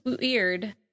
weird